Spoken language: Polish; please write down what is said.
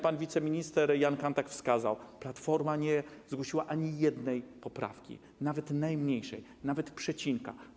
Pan wiceminister Jan Kanthak wskazał, że Platforma nie zgłosiła ani jednej poprawki, nawet najmniejszej, nawet przecinka.